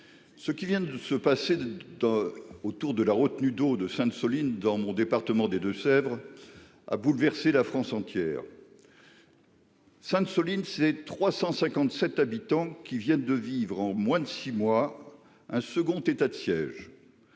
Ce qui vient de se passer de. Autour de la retenue d'eau de Sainte-, Soline dans mon département des Deux-Sèvres a bouleversé la France entière. Sainte-, Soline c'est 357 habitants qui viennent de vivre en moins de six mois un second état de siège.